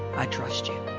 i trust you